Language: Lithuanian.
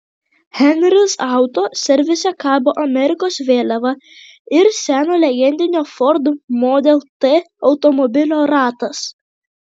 henris auto servise kabo amerikos vėliava ir seno legendinio ford model t automobilio ratas